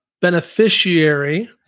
beneficiary